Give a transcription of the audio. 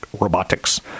robotics